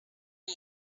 fan